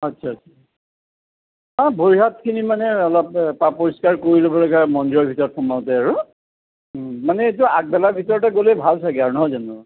আচ্ছা আচ্ছা ভৰি হাতখিনি মানে অলপ পা পৰিস্কাৰ কৰি ল'ব লাগে মন্দিৰৰ ভিতৰত সোমাওঁতে আৰু মানে এইটো আগবেলাৰ ভিতৰতে গ'লে ভাল চাগে আৰু নহয় জানো